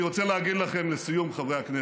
אני רוצה להגיד לכם לסיום, חברי הכנסת,